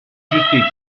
giustizia